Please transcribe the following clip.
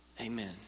Amen